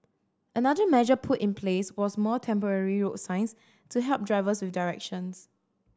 another measure put in place was more temporary road signs to help drivers with directions